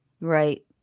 Right